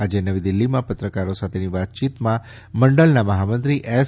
આજે નવીદિલ્લીમાં પત્રકારો સાથેની વાતચીતમાં મંડળના મહામંત્રી એસ